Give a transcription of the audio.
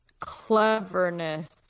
cleverness